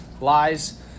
lies